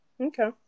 Okay